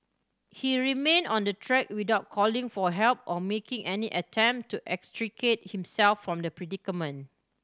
he remained on the track without calling for help or making any attempt to extricate himself from the predicament